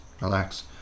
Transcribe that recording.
relax